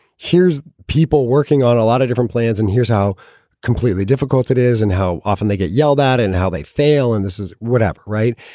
here's people working on a lot of different plans and here's how completely difficult it is and how often they get yelled at and how they fail. and this is what app right.